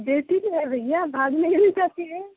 जैसी भी है भैया भाग नहीं न जाते हैं